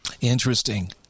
Interesting